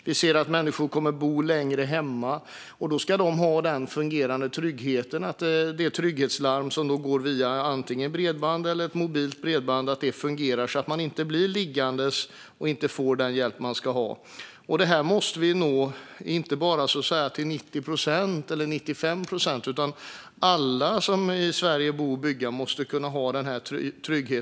Vi ser att människor kommer att bo hemma längre, och då ska de ha tryggheten att deras trygghetslarm, som går via antingen bredband eller mobilt bredband, fungerar, så att de inte blir liggande utan att få den hjälp de ska ha. Detta måste vi nå inte bara till 90 eller 95 procent, utan alla som i Sverige bo och bygga måste ha denna trygghet.